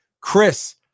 Chris